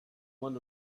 one